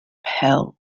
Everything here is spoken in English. hell